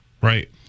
Right